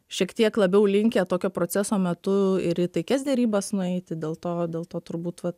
šiek tiek labiau linkę tokio proceso metu ir į taikias derybas nueiti dėl to dėl to turbūt va